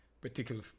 particular